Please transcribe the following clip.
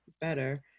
better